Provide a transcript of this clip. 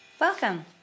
Welcome